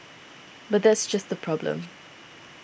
but that's just the problem